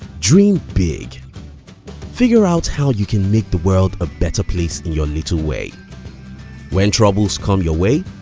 dream big figure out how you can make the world a better place in your little way when troubles come your way,